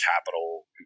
capital